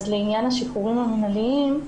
לעניין השחרורים המינהליים,